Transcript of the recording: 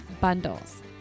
Bundles